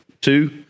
two